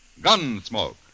Gunsmoke